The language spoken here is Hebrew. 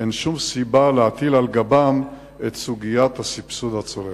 אין שום סיבה להטיל על גבם את סוגיית הסבסוד הצולב.